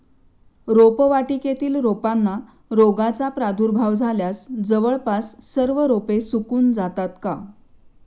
रोपवाटिकेतील रोपांना रोगाचा प्रादुर्भाव झाल्यास जवळपास सर्व रोपे सुकून जातात का?